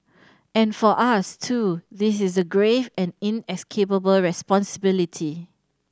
and for us too this is a grave and inescapable responsibility